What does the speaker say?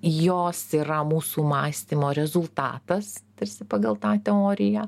jos yra mūsų mąstymo rezultatas tarsi pagal tą teoriją